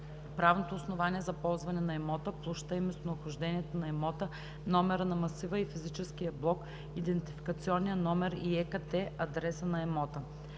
правното основание за ползване на имота, площта и местонахождението на имота – номера на масива и физическия блок, идентификационния номер и ЕКАТТЕ/адреса на имота;